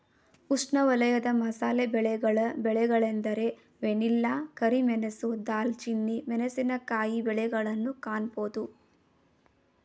ಉಷ್ಣವಲಯದ ಮಸಾಲೆ ಬೆಳೆಗಳ ಬೆಳೆಗಳೆಂದರೆ ವೆನಿಲ್ಲಾ, ಕರಿಮೆಣಸು, ದಾಲ್ಚಿನ್ನಿ, ಮೆಣಸಿನಕಾಯಿ ಬೆಳೆಗಳನ್ನು ಕಾಣಬೋದು